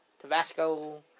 Tabasco